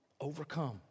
Overcome